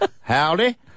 Howdy